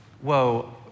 whoa